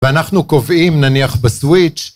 ואנחנו קובעים נניח בסוויץ'